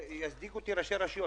ברקת, ויצדיקו אותי ראשי הרשויות.